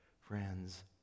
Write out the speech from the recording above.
friends